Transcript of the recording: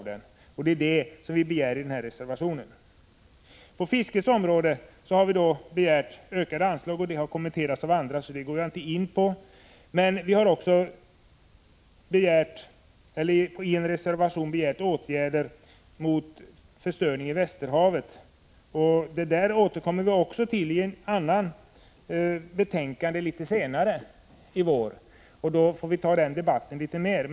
Det är detta som vi begärt i reservationen. På fiskets område har vi begärt ökade anslag. Detta har kommenterats av andra talare här, varför jag inte går in på det. Men vi har i en reservation begärt åtgärder mot förstöring av Västerhavet. Denna fråga kommer att behandlas i ett annat betänkande litet senare i vår. Vi får då debattera frågan litet mera.